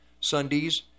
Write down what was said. Sundays